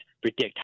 predict